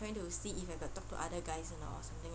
trying to see if I got talk to other guys or not or something